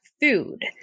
Food